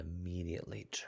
immediately